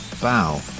bow